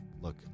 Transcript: Look